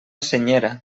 senyera